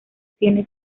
tiene